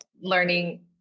learning